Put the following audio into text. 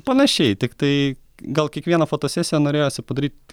panašiai tiktai gal kiekvieną fotosesiją norėjosi padaryt